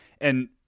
And-